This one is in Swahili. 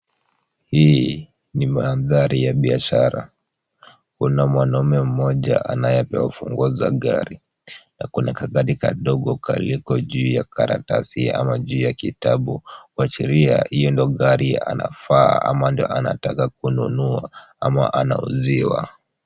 Hii ni mandhari ya biashara. Kuna mwanaume mmoja anayepewa funguo za gari na kuna kagari kadogo kalioko juu ya karatasi ama juu ya kitabu, kuashiria hiyo ndiyo gari anafaa ama ndiyo anataka kununua ama anauziwa.